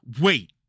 wait